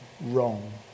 wrong